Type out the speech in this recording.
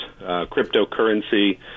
cryptocurrency